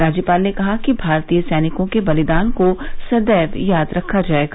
राज्यपाल ने कहा कि भारतीय सैनिकों के बलिदान को सदैव याद रखा जायेगा